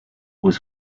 was